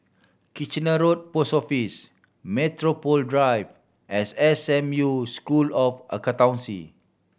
Kitchener Road Post Office Metropole Drive and S M U School of Accountancy